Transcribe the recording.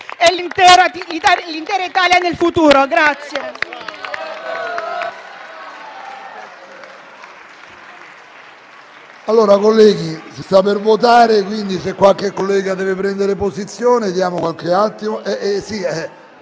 e l'intera Italia nel futuro.